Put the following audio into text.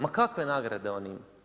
Ma kakve nagrade on ima?